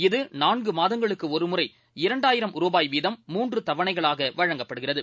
இது நான்குமாதங்களுக்குஒருமுறை இரண்டாயிரம் ரூபாய் வீதம் மூன்றுதவணைகளாகவழங்கப்படுகிறது